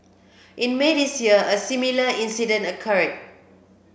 in May this year a similar incident occurred